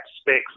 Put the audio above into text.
specs